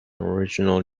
original